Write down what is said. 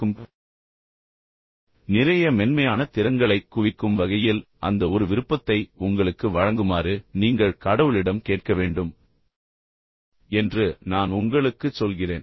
இப்போது நிறைய மென்மையான திறன்களைக் குவிக்கும் வகையில் அந்த ஒரு விருப்பத்தை உங்களுக்கு வழங்குமாறு நீங்கள் கடவுளிடம் கேட்க வேண்டும் என்று நான் உங்களுக்குச் சொல்கிறேன்